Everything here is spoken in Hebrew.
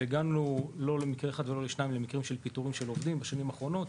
ואכן הגענו למקרים של פיטורי עובדים בשנים האחרונות.